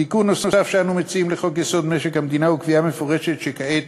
תיקון נוסף שאנו מציעים לחוק-יסוד: משק המדינה הוא קביעה מפורשת שבעת